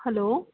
hello